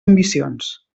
ambicions